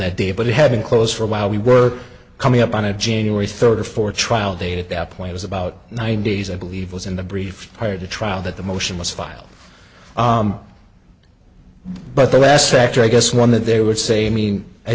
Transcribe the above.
that day but it had been close for a while we were coming up on a genius or a third or fourth trial date at that point was about nine days i believe was in the brief prior to trial that the motion was filed but the last factor i guess one that they would say i mean i